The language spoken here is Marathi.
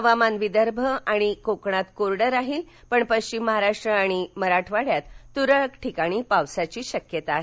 हवामान विदर्भ आणि कोकणात कोरडं राहील पण पश्चिम महाराष्ट्र आणि मराठवाड्यात तुरळक ठिकाणी पावसाची शक्यता आहे